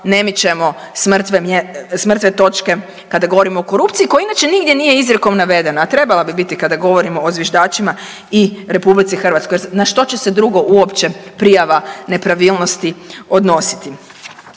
ne mičemo s mrtve točke kada govorimo o korupcija koja inače nigdje nije izrijekom navedena, a trebala bi biti kada govorimo o zviždačima i RH jer na što će se drugo uopće prijava nepravilnosti odnositi.